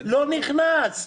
לא נכנס.